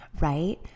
Right